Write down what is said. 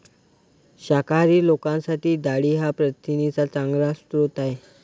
शाकाहारी लोकांसाठी डाळी हा प्रथिनांचा चांगला स्रोत आहे